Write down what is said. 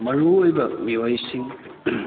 ꯃꯔꯨ ꯑꯣꯏꯕ ꯃꯤꯑꯣꯏꯁꯤꯡ